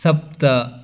सप्त